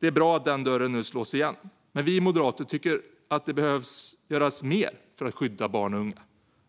Det är bra att den dörren nu slås igen, men vi moderater tycker att mer behöver göras för att skydda barn och unga.